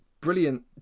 brilliant